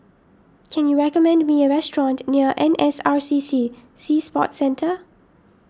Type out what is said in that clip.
can you recommend me a restaurant near N S R C C Sea Sports Centre